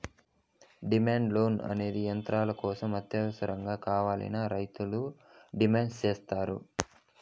demand loan అనేది యంత్రాల కోసం అత్యవసరంగా కావాలని రైతులు డిమాండ్ సేత్తారు